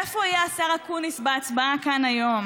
איפה יהיה השר אקוניס בהצבעה כאן היום?